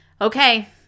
Okay